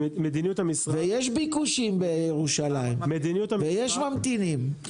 יש ביקושים בירושלים, ויש ממתינים.